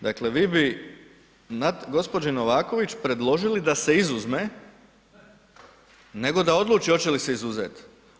Dakle, vi bi gđi. Novaković predložili da se izuzme nego da odluči hoće li se izuzeti.